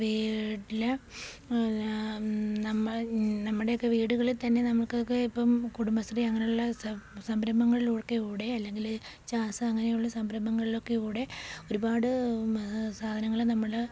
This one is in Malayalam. വീട്ടില് നമ്മൾ നമ്മുടെയൊക്കെ വീടുകളില് തന്നെ നമുക്കൊക്കെ ഇപ്പോള് കുടുംബശ്രീ അങ്ങനെയുള്ള സം സംരംഭങ്ങളിലൂക്കെയൂടെ അല്ലെങ്കില് ജാസ് അങ്ങനെ ഉള്ള സംരംഭങ്ങളിലൊക്കെ ഊടെ ഒരുപാട് സാധനങ്ങള് നമ്മള്